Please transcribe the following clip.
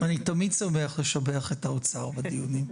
אני תמיד שמח לשבח את האוצר בדיונים.